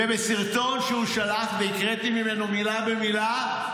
וסרטון שהוא שלח והקראתי ממנו מילה במילה,